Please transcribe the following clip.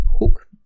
hook